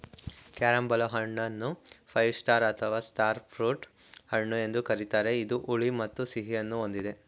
carambola ಹಣ್ಣನ್ನು five star ಅಥವಾ star fruit ಹಣ್ಣು ಎಂದು ಕರಿತಾರೆ ಇದು ಹುಳಿ ಮತ್ತು ಸಿಹಿಯನ್ನು ಹೊಂದಿದೆ